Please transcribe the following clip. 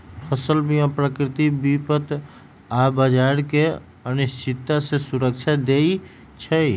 फसल बीमा प्राकृतिक विपत आऽ बाजार के अनिश्चितता से सुरक्षा देँइ छइ